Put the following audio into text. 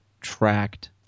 tracked